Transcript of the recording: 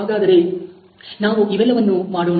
ಹಾಗಾದರೆ ನಾವು ಇವೆಲ್ಲವನ್ನು ಮಾಡೋಣ